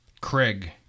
Craig